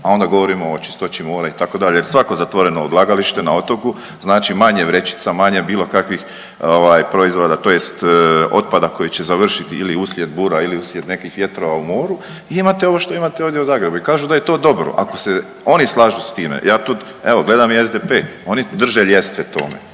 a onda govorimo o čistoći mora itd., jer svako zatvoreno odlagalište na otoku znači manje vrećica, manje bilo kakvih ovaj proizvoda tj. otpada koji će završit ili uslijed bura ili uslijed nekih vjetrova u moru i imate ovo što imate ovdje u Zagrebu i kažu da je to dobro. Ako se oni slažu s time, ja tu, evo gledam i SDP, oni drže ljestve tome,